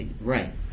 Right